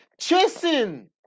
chasing